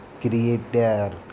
creator